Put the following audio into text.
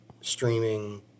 streaming